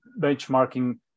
benchmarking